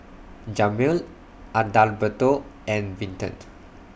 Jamir Adalberto and Vinton